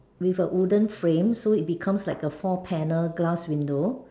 with a wooden frame so it becomes like a four panel glass window